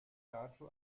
dato